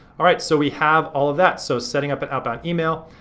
alright, so we have all of that. so setting up an app on email.